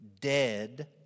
dead